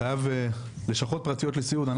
לשכות פרטיות לסיעוד,